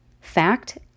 fact